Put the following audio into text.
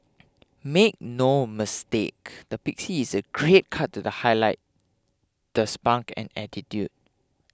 make no mistake the pixie is a great cut to the highlight the spunk and attitude